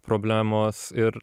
problemos ir